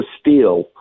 steal